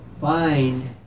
find